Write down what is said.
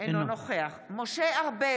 אינו נוכח אופיר אקוניס, אינו נוכח משה ארבל,